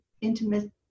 intimate